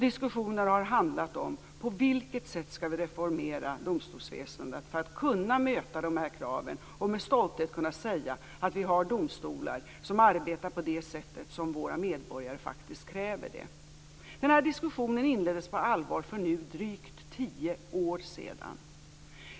Diskussionen har handlat om på vilket sätt vi skall reformera domstolsväsendet för att kunna möta dessa krav och med stolthet kunna säga att vi har domstolar som arbetar på det sätt som våra medborgare faktiskt kräver. Den här diskussionen inleddes på allvar för drygt tio år sedan.